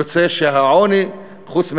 יוצא שהעוני, חוץ מהחרדים,